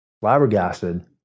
flabbergasted